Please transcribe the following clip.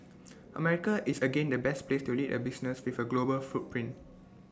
America is again the best place to lead A business with A global footprint